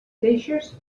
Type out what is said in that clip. queixes